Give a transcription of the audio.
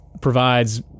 provides